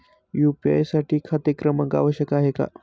UPI साठी खाते क्रमांक आवश्यक आहे का?